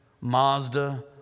Mazda